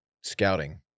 scouting